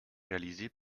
réalisé